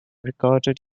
recorded